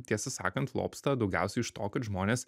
tiesą sakant lobsta daugiausiai iš to kad žmonės